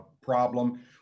problem